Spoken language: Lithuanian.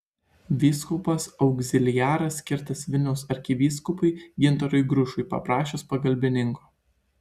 vyskupas augziliaras skirtas vilniaus arkivyskupui gintarui grušui paprašius pagalbininko